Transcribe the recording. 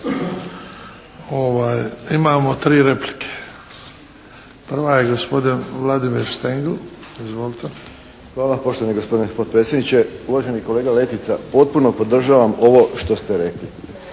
Imamo tri replike. Prva je gospodin Vladimir Štengl. Izvolite. **Štengl, Vladimir (HDZ)** Hvala poštovani gospodine potpredsjedniče. Uvaženi kolega Letica, potpuno podržavam ovo što ste rekli.